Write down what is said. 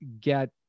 get